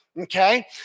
okay